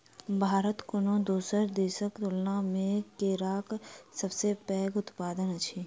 भारत कोनो दोसर देसक तुलना मे केराक सबसे पैघ उत्पादक अछि